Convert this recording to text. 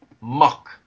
muck